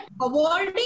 awarding